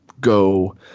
go